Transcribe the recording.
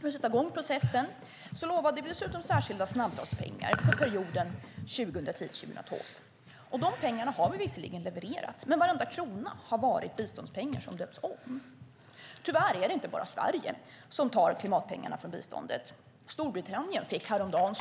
För att sätta i gång processen lovade vi dessutom särskilda snabbstartspengar för perioden 2010-2012. Dessa pengar har vi visserligen levererat, men varenda krona har varit biståndspengar som har döpts om. Tyvärr är det inte bara Sverige som tar klimatpengar från biståndet. Storbritannien fick häromdagen